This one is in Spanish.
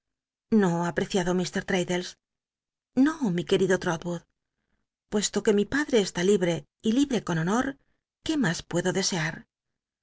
no apreciado traddles no mi querido l'rotwood puesto que mi padre está libre y libre con honor qué mas puedo decz